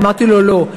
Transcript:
אמרתי לו: לא.